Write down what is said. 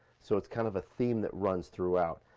so it's kind of a theme that runs throughout.